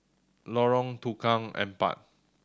Lorong Tukang Empat